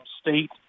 State